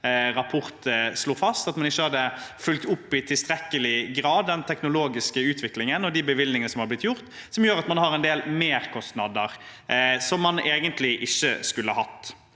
rapport slo fast – at man ikke i tilstrekkelig grad hadde fulgt opp den teknologiske utviklingen og de bevilgningene som har blitt gjort, noe som gjør at man har en del merkostnader som man egentlig ikke skulle hatt.